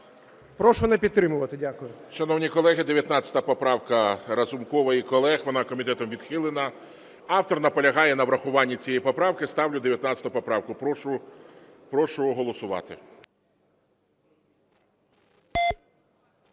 Прошу не підтримувати. Дякую.